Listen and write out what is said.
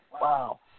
Wow